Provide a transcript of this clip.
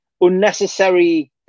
unnecessary